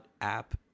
app